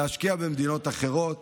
להשקיע במדינות אחרות